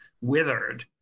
withered